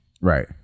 Right